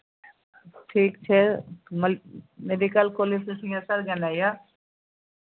ठीक छै मल मेडिकल कॉलेजसँ सिंहेश्वर गेनाइ यए